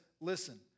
listen